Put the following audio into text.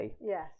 Yes